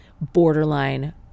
borderline